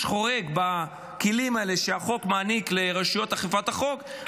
חורג בכלים האלה שהחוק מעניק לרשויות החוק -- תודה.